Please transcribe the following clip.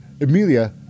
Emilia